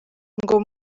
ngo